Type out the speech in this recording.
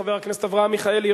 חבר הכנסת אברהם מיכאלי,